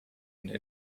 and